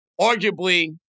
arguably